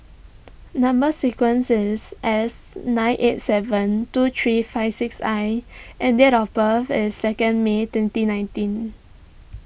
Number Sequence is S nine eight seven two three five six I and date of birth is second May twenty nineteen